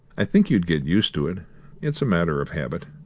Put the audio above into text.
i think you'd get used to it it's a matter of habit.